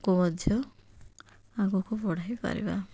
କୁ ମଧ୍ୟ ଆଗକୁ ବଢ଼ାଇପାରିବା